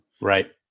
Right